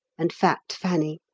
and fat fanny,